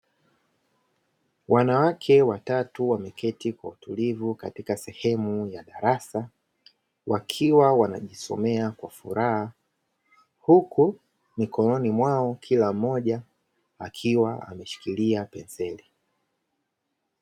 Wanawake watatu wameketi kwa utulivu katika sehumu ya darasa, wakiwa wanajisomea kwa furaha, huku mikononi mwao kila mmoja akiwa ameshikilia penseli.